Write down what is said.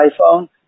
iPhone